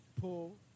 pull